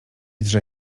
drze